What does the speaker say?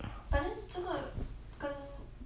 but then 这个跟